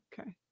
okay